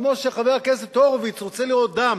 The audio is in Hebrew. כמו שחבר הכנסת הורוביץ רוצה לראות דם,